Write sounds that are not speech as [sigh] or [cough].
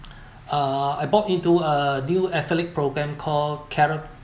[noise] uh I bought into a new metallic programme called karat